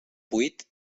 buit